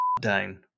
down